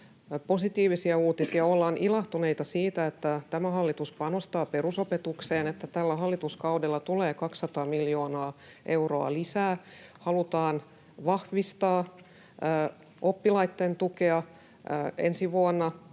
positiivisia uutisia. Ollaan ilahtuneita siitä, että tämä hallitus panostaa perusopetukseen ja että tällä hallituskaudella tulee 200 miljoonaa euroa lisää, ja halutaan vahvistaa oppilaitten tukea ensi vuonna.